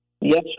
Yes